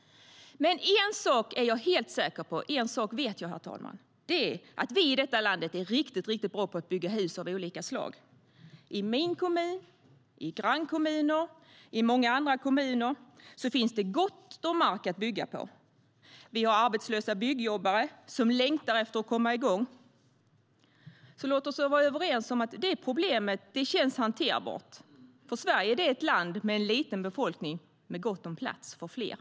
En sak är jag dock helt säker på; en sak vet jag, herr talman. Det är att vi i detta land är riktigt bra på att bygga hus av olika slag. I min kommun, i grannkommuner och i många andra kommuner finns det gott om mark att bygga på, och vi har arbetslösa byggjobbare som längtar efter att komma i gång. Låt oss alltså vara överens om att det problemet känns hanterbart. Sverige är nämligen ett land med liten befolkning och gott om plats för fler.